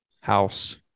house